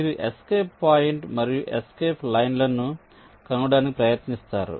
మీరు escape point మరియు escape line లను కనుగొనడానికి ప్రయత్నిస్తారు